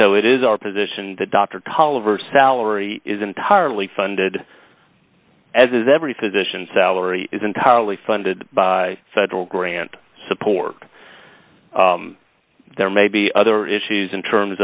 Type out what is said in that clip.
so it is our position that dr colliver salary is entirely funded as is every physician salary is entirely funded by federal grant support there may be other issues in terms